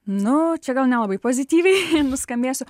nu čia gal nelabai pozityviai nuskambėsiu